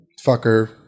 fucker